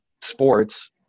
sports